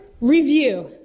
review